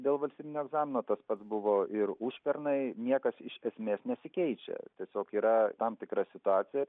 dėl valstybinio egzamino tas pats buvo ir užpernai niekas iš esmės nesikeičia tiesiog yra tam tikra situacija